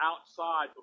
outside